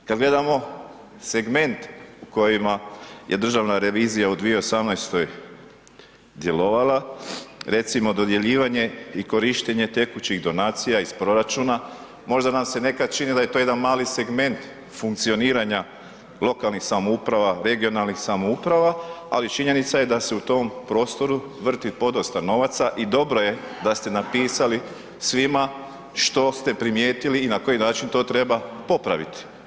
Kad gledamo segment u kojima je Državna revizija u 2018. djelovala, recimo dodjeljivanje i korištenje tekućih donacija iz proračuna, možda nam se nekad čini da je to jedan mali segment funkcioniranja lokalnih samouprava, regionalnih samouprava ali činjenica je da se u tom prostoru vrti podosta novaca i dobro je da ste napisali svima što ste primijetili i na koji način to treba popraviti.